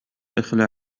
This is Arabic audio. إخلع